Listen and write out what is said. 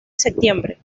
septiembre